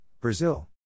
Brazil